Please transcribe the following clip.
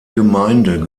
gemeinde